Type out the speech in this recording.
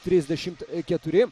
trisdešimt keturi